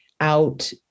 out